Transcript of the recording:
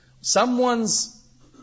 Someone's